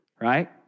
right